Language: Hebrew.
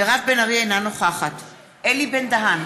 מירב בן ארי, אינה נוכחת אלי בן-דהן,